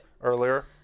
earlier